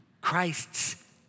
Christ's